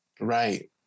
Right